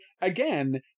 again